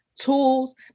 tools